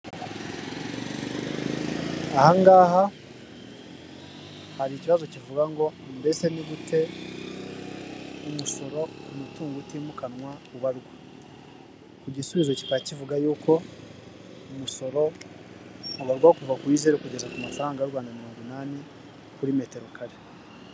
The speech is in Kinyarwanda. Aha ngaha hari ikibazo kivuga ngo mbese ni gute umusoro ku mutungo utimukanwa ubarwa. Ku gisubizo kikaba kivuga yuko umusoro ubarwa kuva kuri zeru kugeza ku mafaranga y'u Rwanda mirongo inani kuri metero kare.